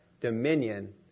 dominion